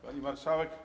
Pani Marszałek!